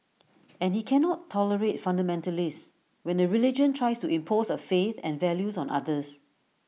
and he cannot tolerate fundamentalists when A religion tries to impose A faith and values on others